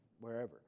wherever